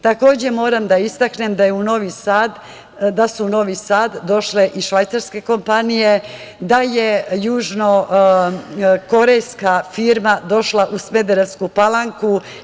Takođe, moram da istaknem da su u Novi Sad došle i švajcarske kompanije, da je južnokorejska firma došla u Smederevsku Palanku.